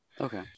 Okay